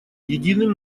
единым